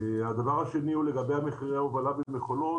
הדבר השני הוא לגבי מחירי ההובלה במכולות.